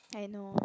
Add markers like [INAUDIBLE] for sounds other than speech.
I know [NOISE]